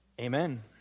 Amen